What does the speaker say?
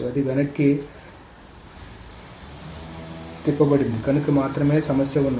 అది వెనక్కి తిప్పబడింది కనుక మాత్రమే సమస్య ఉన్నది